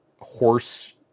horse